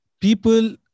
people